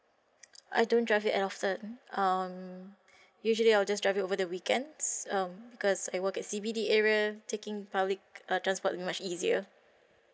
I don't drive it at often um usually I'll just drive it over the weekends um because I work at C_B_D area taking public uh transport will be much easier